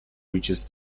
reaches